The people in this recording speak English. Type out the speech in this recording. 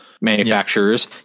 manufacturers